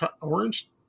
orange